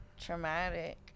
traumatic